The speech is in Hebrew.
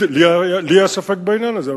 לי יש ספק בעניין הזה.